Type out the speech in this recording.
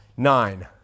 Nine